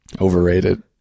Overrated